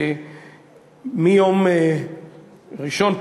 מיום ראשון,